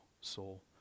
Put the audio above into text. soul